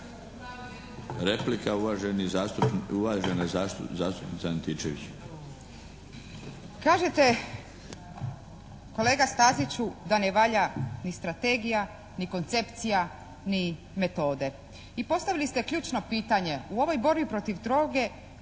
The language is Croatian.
Marinović, Ingrid (SDP)** Kažete kolega Staziću da ne valja ni strategija, ni koncepcija, ni metode. I postavili ste ključno pitanje. u ovoj borbi protiv droge